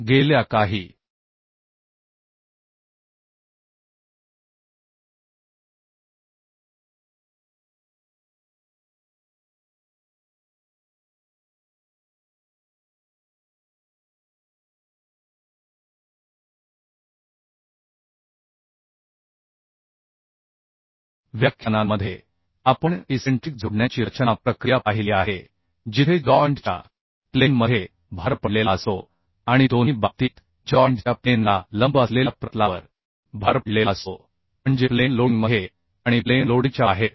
गेल्या काही व्याख्यानांमध्ये आपण इसेंट्रिक जोडण्यांची रचना प्रक्रिया पाहिली आहे जिथे जॉइंट च्या प्लेन मध्ये भार पडलेला असतो आणि दोन्ही बाबतीत जॉइंट च्या प्लेन ला लंब असलेल्या प्रतलावर भार पडलेला असतो म्हणजे प्लेन लोडिंगमध्ये आणि प्लेन लोडिंगच्या बाहेर